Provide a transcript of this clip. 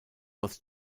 was